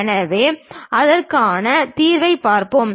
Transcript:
எனவே அதற்கான தீர்வைப் பார்ப்போம்